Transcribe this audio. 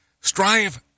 Strive